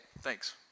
Thanks